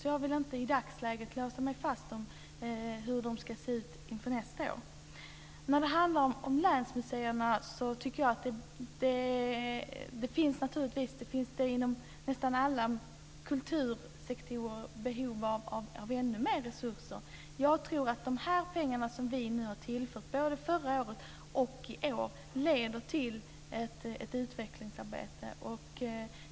Därför vill jag inte i dagsläget låsa mig fast vid hur de ska se ut inför nästa år. När det gäller länsmuseerna finns det naturligtvis behov av ännu mer resurser - det finns det inom nästan alla kultursektorer. Jag tror att de pengar som vi har tillfört förra året och i år leder till ett utvecklingsarbete.